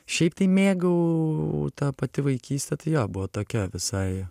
šiaip tai mėgau ta pati vaikystė tai jo buvo tokia visai